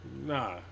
Nah